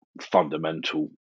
fundamental